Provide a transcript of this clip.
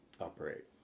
operate